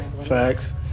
Facts